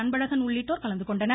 அன்பழகன் உள்ளிட்டோர் கலந்து கொண்டனர்